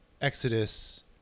Exodus